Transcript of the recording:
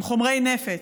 עם חומרי נפץ.